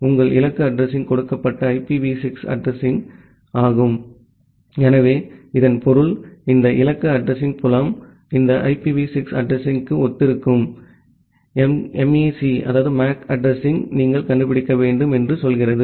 உங்கள் இலக்கு அட்ரஸிங் கொடுக்கப்பட்ட ஐபிவி 6 அட்ரஸிங் எனவே இதன் பொருள் இந்த இலக்கு அட்ரஸிங் புலம் இந்த ஐபிவி 6 அட்ரஸிங்க்கு ஒத்திருக்கும் எம்ஏசி அட்ரஸிங்யை நீங்கள் கண்டுபிடிக்க வேண்டும் என்று சொல்கிறது